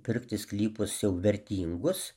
pirkti sklypus jau vertingus